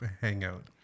hangout